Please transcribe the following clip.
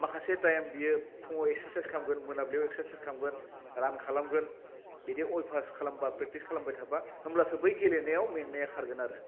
माखासे टाइम बियो फुङाव एक्सारसाइस खालामगोन मोनाब्लियाव एक्सारसाइस खालामगोन रान खालामगोन बिदि अयबास खालामबा प्रेकटिस खालामबाय थाबा होमब्लासो बै गेलेनायाव मेंनाया खारगोन आरो